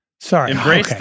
Sorry